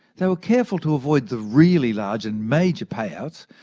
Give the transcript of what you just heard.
so careful to avoid the really large and major pay outs,